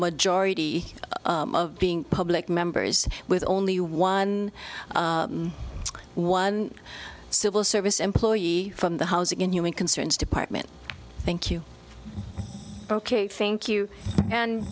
majority of being public members with only one one civil service employee from the housing and human concerns department thank you ok thank you and